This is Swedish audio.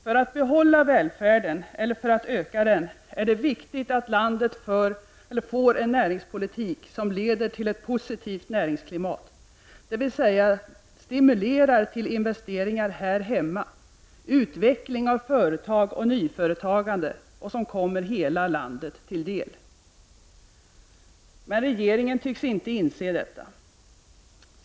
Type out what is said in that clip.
För att behålla välfärden eller för att öka den är det viktigt att landet får en näringspolitik som leder till ett positivt näringsklimat, dvs. stimulerar till investeringar här hemma, utveckling av företag och nyföretagande som kommer hela landet till del. Men regeringen tycks inte inse detta.